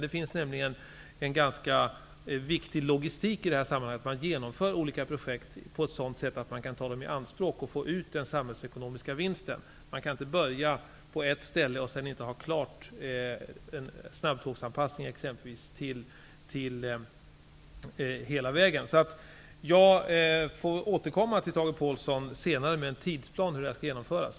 Det finns nämligen en ganska viktig logistik i det här sammanhanget. Olika projekt genomförs på ett sådant sätt att man kan ta dem i anspråk och få ut den samhällsekonomiska vinsten. Man kan ju inte börja på ett ställe utan att det är klart med snabbtågsanpassningen hela vägen. Jag återkommer senare till Tage Påhlsson med en tidsplan för hur detta skall genomföras.